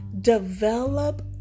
develop